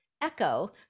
echo